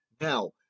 Now